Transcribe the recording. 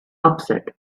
upset